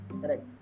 Correct